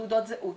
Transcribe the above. תעודות זהות,